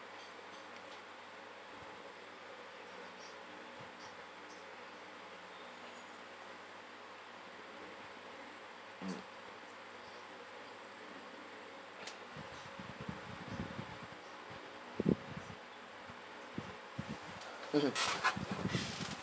mmhmm